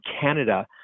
Canada